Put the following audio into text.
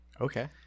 okay